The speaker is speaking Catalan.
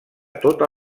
tota